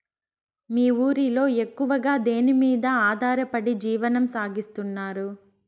మీ ఊరిలో ఎక్కువగా దేనిమీద ఆధారపడి జీవనం సాగిస్తున్నారు?